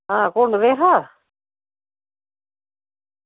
आं कुन कुत्थां